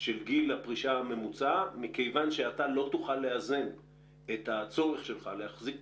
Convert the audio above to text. של גיל הפרישה הממוצע מכיוון שאתה לא תוכל לאזן את הצורך שלך להחזיק